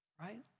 Right